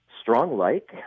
strong-like